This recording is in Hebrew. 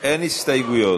אין הסתייגויות.